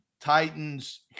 Titans